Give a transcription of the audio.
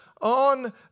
on